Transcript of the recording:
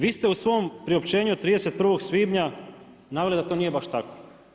Vi ste u svom priopćenju od 31. svibnja naveli da to nije baš tako.